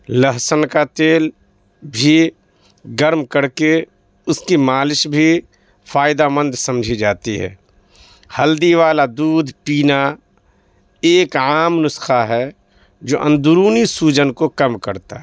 لہسن کا تیل بھی گرم کر کے اس کی مالش بھی فائدہ مند سمجھی جاتی ہے ہلدی والا دودھ پینا ایک عام نسخہ ہے جو اندرونی سوجن کو کم کرتا ہے